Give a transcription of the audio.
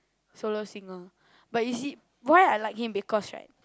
solo singer but you see why I like him because right